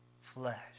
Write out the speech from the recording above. flesh